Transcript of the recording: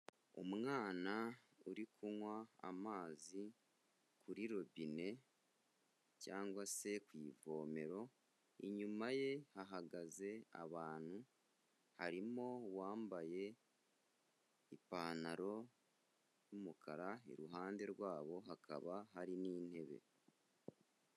Umwana uri kunywa amazi kuri robine cyangwa se ku ivomero, inyuma ye hahagaze abantu, harimo uwambaye ipantaro y'umukara, iruhande rwabo, hakaba hari n'intebe.